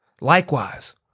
Likewise